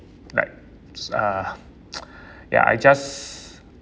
like s~ uh ya I just